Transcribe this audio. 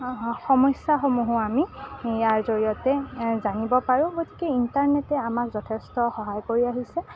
সমস্যাসমূহো আমি ইয়াৰ জৰিয়তে জানিব পাৰোঁ গতিকে ইণ্টাৰনেটে আমাক যথেষ্ট সহায় কৰি আহিছে